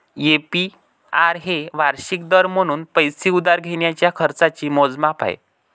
APR हे वार्षिक दर म्हणून पैसे उधार घेण्याच्या खर्चाचे मोजमाप आहे